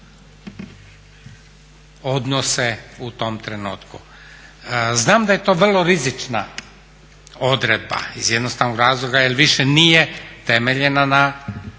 odnose u tom trenutku. Znam da je to vrlo rizična odredba iz jednostavnog razloga jer više nije temeljena na